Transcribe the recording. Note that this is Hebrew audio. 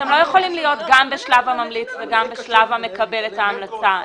אתם לא יכולים להיות גם בשלב הממליץ וגם בשלב המקבל את ההמלצה.